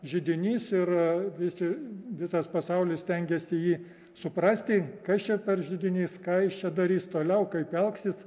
židinys ir visi visas pasaulis stengiasi jį suprasti kas čia per židinys ką jis čia darys toliau kaip elgsis